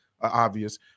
obvious